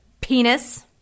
penis